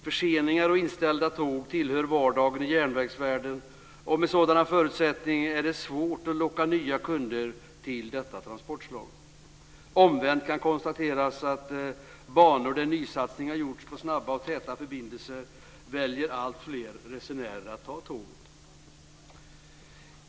Förseningar och inställda tåg tillhör vardagen i järnvägsvärlden, och med sådana förutsättningar är det svårt att locka nya kunder till detta transportslag. Omvänt kan konstateras att på banor där nysatsningar har gjorts på snabba och täta förbindelser väljer alltfler resenärer att ta tåget.